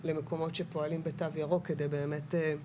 למקומות שפועלים ב"תו ירוק", כדי לא